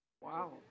Wow